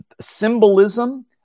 symbolism